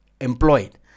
employed